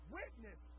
witness